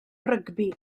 rygbi